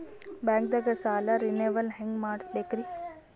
ಬ್ಯಾಂಕ್ದಾಗ ಸಾಲ ರೇನೆವಲ್ ಹೆಂಗ್ ಮಾಡ್ಸಬೇಕರಿ?